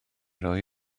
roi